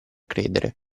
credere